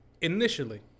Initially